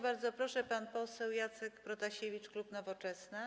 Bardzo proszę, pan poseł Jacek Protasiewicz, klub Nowoczesna.